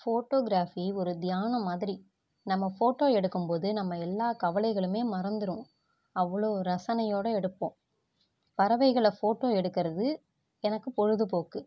photography ஒரு தியானம் மாதிரி நம்ம ஃபோட்டோ எடுக்கும்போது நம்ம எல்லாக் கவலைகளுமே மறந்துடும் அவ்வளோ ரசனையோடு எடுப்போம் பறவைகளை ஃபோட்டோ எடுக்கிறது எனக்குப் பொழுதுபோக்கு